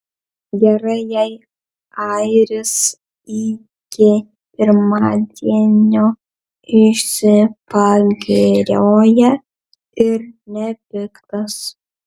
gerai jei airis iki pirmadienio išsipagirioja ir nepiktas